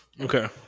Okay